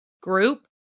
group